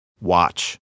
Watch